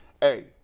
hey